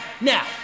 Now